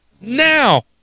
Now